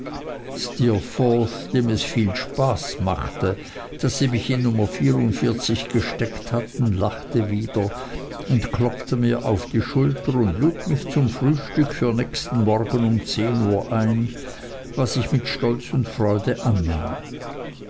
dem es viel spaß machte daß sie mich in nummer gesteckt hatten lachte wieder und klopfte mir auf die schulter und lud mich zum frühstück für nächsten morgen um zehn uhr ein was ich mit stolz und freude annahm